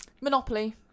Monopoly